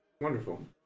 Wonderful